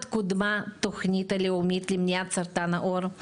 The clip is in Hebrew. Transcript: קודמה התוכנית הלאומית למניעת סרטן העור,